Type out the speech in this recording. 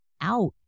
out